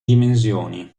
dimensioni